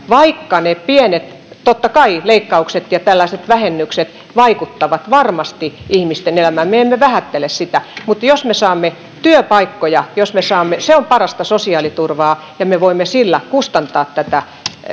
vaikka ne pienet leikkaukset ja vähennykset totta kai vaikuttavat varmasti ihmisten elämään me me emme vähättele sitä niin jos me saamme työpaikkoja se on parasta sosiaaliturvaa ja me voimme sillä kustantaa tätä